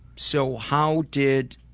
so how did,